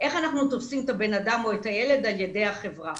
איך אנחנו תופסים את הבן אדם או את הילד על ידי החברה.